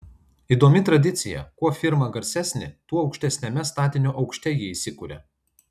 įdomi tradicija kuo firma garsesnė tuo aukštesniame statinio aukšte ji įsikuria